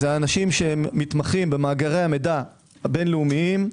זה אנשים שמתמחים במאגרי המידע הבין לאומיים,